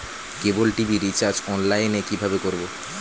কেবল TV recharge online এ কিভাবে করব?